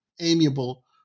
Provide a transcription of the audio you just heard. amiable